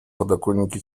подоконнике